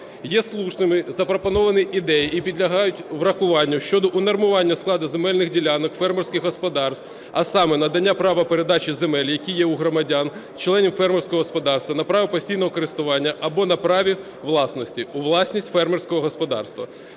Є слушними запропоновані ідеї і підлягають врахуванню щодо унормування складу земельних ділянок, фермерських господарств, а саме надання права передачі земель, які є у громадян, членів фермерського господарства, на право постійного користування або на праві власності у власність фермерського господарства.